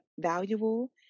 valuable